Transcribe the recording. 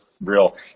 real